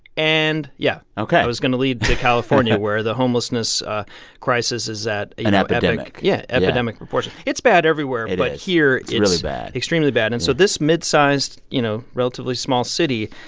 and yeah ok i was going to lead to california where the homelessness crisis is at. an epidemic yeah, epidemic proportions it's bad everywhere, but here. it's really bad. it's extremely bad. and so this mid-sized, you know, relatively small city